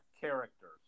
characters